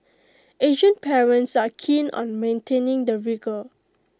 Asian parents are keen on maintaining the rigour